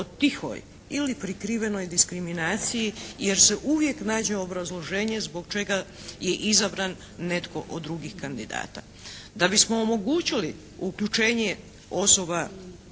tihoj ili prikrivenoj diskriminaciji jer se uvijek nađe obrazloženje zbog čega je izabran netko od drugih kandidata. Da bismo omogućili uključenje osoba